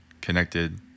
connected